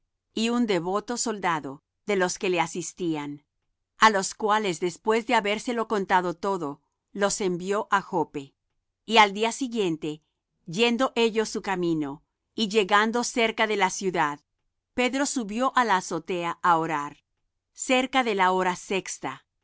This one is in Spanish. y un devoto soldado de los que le asistían a los cuales después de habérselo contado todo los envió á joppe y al día siguiente yendo ellos su camino y llegando cerca de la ciudad pedro subió á la azotea á orar cerca de la hora de sexta